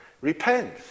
Repent